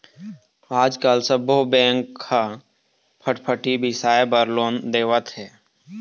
आजकाल सब्बो बेंक ह फटफटी बिसाए बर लोन देवत हे